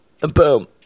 Boom